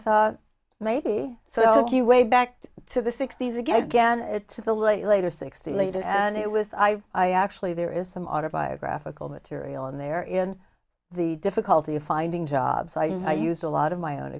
thought maybe so cue way back to the sixty's again it to the late late or sixty later and it was i i actually there is some autobiographical material in there in the difficulty of finding jobs i used a lot of my own